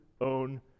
own